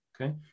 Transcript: Okay